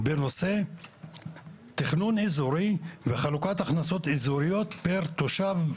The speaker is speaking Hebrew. בנושא תכנון איזורי וחלוקת הכנסות איזוריות פר תושב,